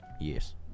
Yes